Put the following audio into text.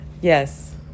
Yes